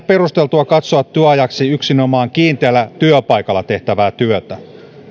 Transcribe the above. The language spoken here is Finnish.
perusteltua katsoa työajaksi yksinomaan kiinteällä työpaikalla tehtävää työtä